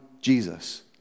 Jesus